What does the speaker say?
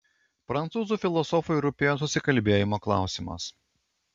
prancūzų filosofui rūpėjo susikalbėjimo klausimas